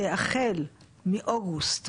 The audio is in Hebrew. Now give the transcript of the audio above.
שהחל מאוגוסט,